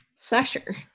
Sasher